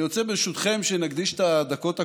אני רוצה, ברשותכם, שנקדיש את הדקות הקרובות,